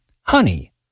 Honey